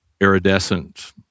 iridescent